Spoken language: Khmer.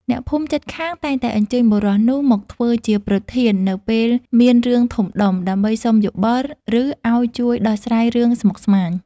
អ្នកភូមិជិតខាងតែងតែអញ្ជើញបុរសនោះមកធ្វើជាប្រធាននៅពេលមានរឿងធំដុំ ដើម្បីសុំយោបល់ ឬឲ្យជួយដោះស្រាយរឿងស្មុគស្មាញ។